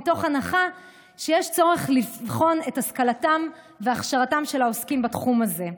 מתוך הנחה שיש צורך לבחון את השכלתם והכשרתם של העוסקים בתחום הזה.